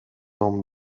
don